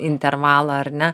intervalą ar ne